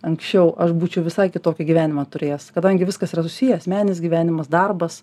anksčiau aš būčiau visai kitokį gyvenimą turėjęs kadangi viskas yra susiję asmeninis gyvenimas darbas